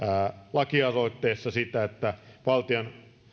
lakialoitteessa sitä että valtion